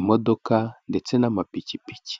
imodoka ndetse n'amapikipiki.